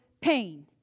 pain